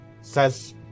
says